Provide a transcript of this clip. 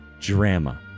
drama